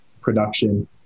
production